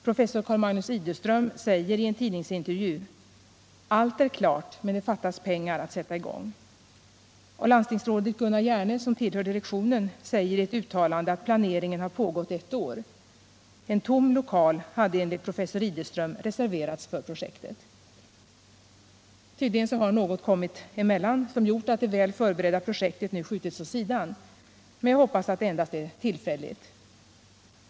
Professor Carl-Magnus Ideström säger i en tidningsintervju: ”Allt är klart, men det fattas pengar att sätta i gång.” Och landstingsrådet Gunnar Hjerne, som tillhör direktionen, säger i ett uttalande att planeringen har pågått ett år. En tom lokal hade enligt professor Ideström reserverats för projektet. Tydligen har något kommit emellan som gjort att det väl förberedda projektet nu skjutits åt sidan, men jag hoppas att det endast är tillfälligt.